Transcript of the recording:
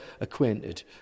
acquainted